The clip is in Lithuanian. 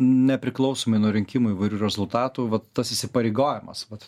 nepriklausomai nuo rinkimų įvairių rezultatų va tas įsipareigojimas vat